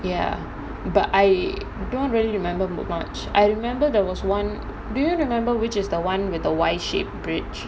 ya but I don't really remember much I remember there was one do you remember which is the [one] with the Y shape bridge